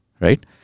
Right